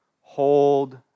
hold